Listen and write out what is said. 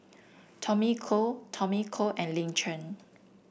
Tommy Koh Tommy Koh and Lin Chen